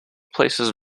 places